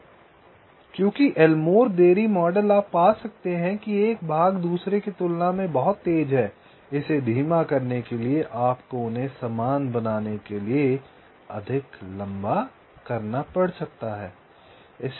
क्योंकि Elmore delay model आप पा सकते हैं कि एक भाग दूसरे की तुलना में बहुत तेज है इसे धीमा करने के लिए आपको उन्हें समान बनाने के लिए अधिक लंबा करना पड़ सकता है